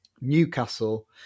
Newcastle